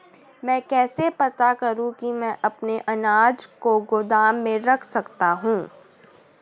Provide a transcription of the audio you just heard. मैं कैसे पता करूँ कि मैं अपने अनाज को गोदाम में रख सकता हूँ?